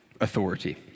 authority